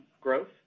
growth